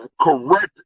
correct